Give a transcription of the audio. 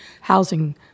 housing